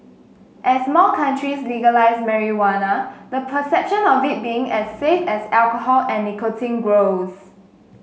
as more countries legalise marijuana the perception of it being as safe as alcohol and nicotine grows